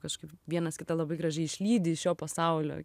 kažkaip vienas kitą labai gražiai išlydi iš šio pasaulio